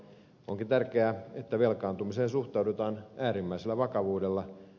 onkin tärkeää että velkaantumiseen suhtaudutaan äärimmäisellä vakavuudella